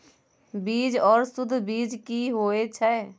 बीज आर सुध बीज की होय छै?